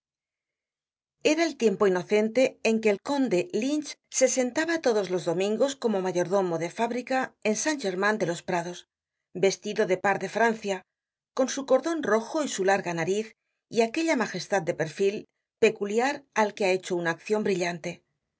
era el tiempo inocente en que el conde lynch se sentaba todos los domingos como mayordomo de fábrica en san german de los prados vestido de par de francia con su cordon rojo y su larga nariz y aquella magestad de perfil peculiar al que ha hecho una accion brillante